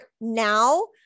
now